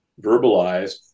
verbalized